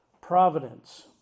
providence